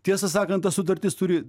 tiesą sakant ta sutartis turi